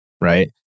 right